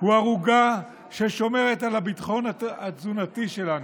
הוא ערוגה ששומרת על הביטחון התזונתי שלנו.